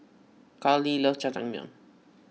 Karli loves Jajangmyeon